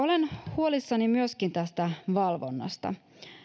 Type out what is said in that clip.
olen huolissani myöskin tästä valvonnasta